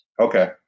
Okay